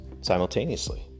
simultaneously